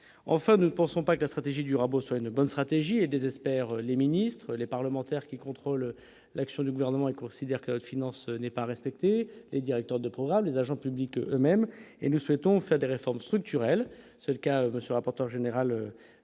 enfin, nous ne pensons pas que la stratégie du rabot soit une bonne stratégie et désespère les ministres, les parlementaires, qui contrôle l'action du gouvernement et considère que finance n'est pas respecté et directeur de programme, les agents publics même et nous souhaitons faire des réformes structurelles, c'est le cas, monsieur rapporteur général